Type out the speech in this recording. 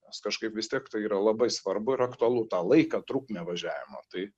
nes kažkaip vis tiek tai yra labai svarbu ir aktualu tą laiką trukmę važiavimo tai